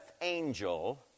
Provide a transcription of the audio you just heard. angel